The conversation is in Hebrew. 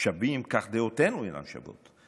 שווים כך דעותינו אינן שוות.